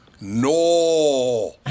no